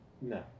No